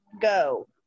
go